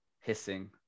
hissing